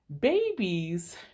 babies